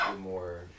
more